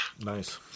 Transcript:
Nice